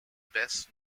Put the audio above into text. best